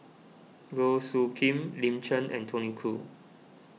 Goh Soo Khim Lin Chen and Tony Khoo